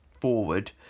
forward